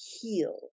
heal